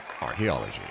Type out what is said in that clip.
Archaeology